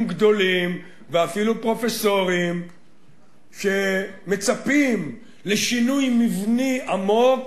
גדולים ואפילו פרופסורים שמצפים לשינוי מבני עמוק,